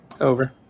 Over